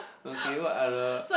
okay what other